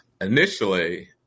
Initially